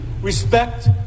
respect